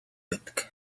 байдаг